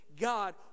God